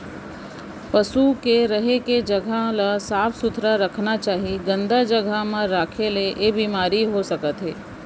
पसु के रहें के जघा ल साफ सुथरा रखना चाही, गंदा जघा म राखे ले ऐ बेमारी हो सकत हे